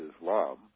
Islam